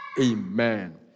Amen